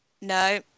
No